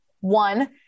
One